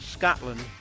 Scotland